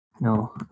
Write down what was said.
No